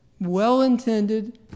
well-intended